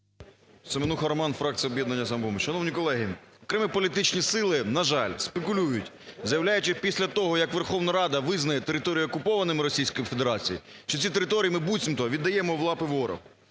Семенуха Роман, фракція "Об'єднання "Самопоміч". Шановні колеги, окремі політичні сили, на жаль, спекулюють, заявляючи, після того, як Верховна Рада визнає території окупованими Російською Федерацією, що ці території ми буцімто віддаємо в лапи ворогу.